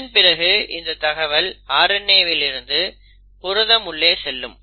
இதன் பிறகு இந்த தகவல் RNA வில் இருந்து புரதம் உள்ளே செல்லும்